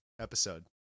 episode